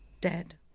dead